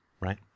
right